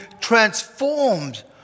transformed